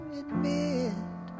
admit